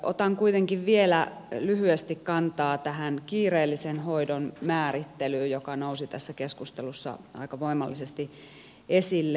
otan kuitenkin vielä lyhyesti kantaa tähän kiireellisen hoidon määrittelyyn joka nousi tässä keskustelussa aika voimallisesti esille